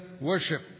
worship